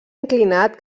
inclinat